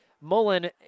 Mullen